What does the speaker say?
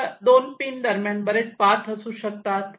दोन पिन दरम्यान बरेच पाथ असू शकतात